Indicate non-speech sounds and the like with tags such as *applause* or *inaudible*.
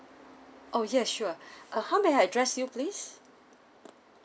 oh yes sure *breath* uh how may I address you please